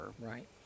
Right